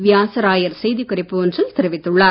வியாச ராயர் செய்திக் குறிப்பு ஒன்றில் தெரிவித்துள்ளார்